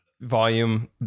volume